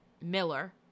Miller